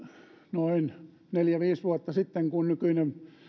noin neljä viisi vuotta sitten kun nykyinen